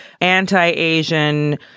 anti-Asian